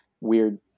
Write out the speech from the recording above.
weird